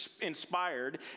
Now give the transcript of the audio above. inspired